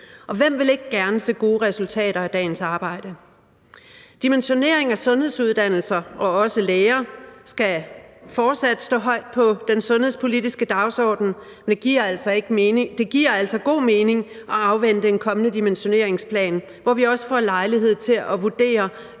og hvem vil ikke gerne se gode resultater af dagens arbejde? Dimensioneringen af sundhedsuddannelser og også læger skal fortsat stå højt på den sundhedspolitiske dagsorden, men det giver altså god mening at afvente en kommende dimensioneringsplan, hvor vi også får lejlighed til at vurdere